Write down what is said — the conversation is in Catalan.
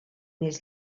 més